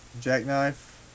Jackknife